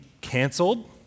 canceled